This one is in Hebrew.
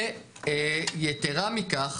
יתרה מכך,